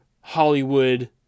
hollywood